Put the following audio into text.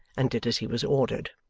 and did as he was ordered.